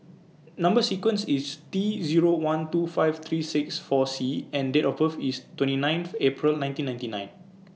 Number sequence IS T Zero one two five three six four C and Date of birth IS twenty ninth April nineteen ninety nine